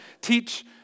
teach